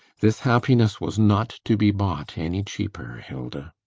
this happiness was not to be bought any cheaper, hilda.